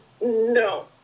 No